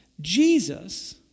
Jesus